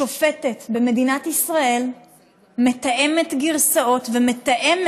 שופטת במדינת ישראל מתאמת גרסאות ומתאמת